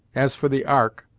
as for the ark,